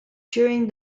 during